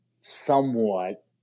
somewhat